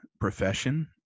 profession